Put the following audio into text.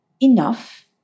enough